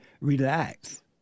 relax